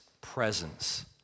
presence